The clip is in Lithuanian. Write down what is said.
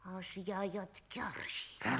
aš jai atkeršysiu